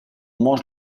mange